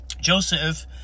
Joseph